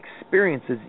experiences